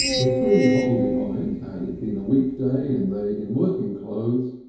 the three hobbledehoys, had it been a weekday and they in working clothes,